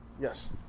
Yes